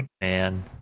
man